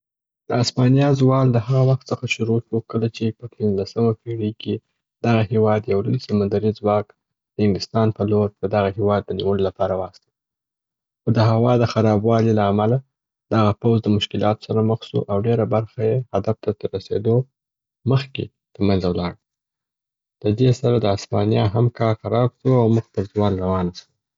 د اسپانیا زوال د هغه وخت څخه شروع سو کله چي په پنځلسمه پیړۍ کي دغه هیواد یو لوی سمندري ځواک د انګیستان په لور د دغه هیواد د نیولو لپاره واستوی خو د هوا د خرابوالي امله دغه پوځ د مشکلاتو سره مخ سو او ډېره برخه یې هدف ته تر رسیدو مخکي د منځه ولاړه. د دې سره د اسپانیا هم کار خراب سو او مخ پر زوال روانه سول.